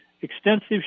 Extensive